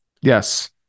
Yes